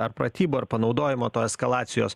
ar pratybų ar panaudojimo to eskalacijos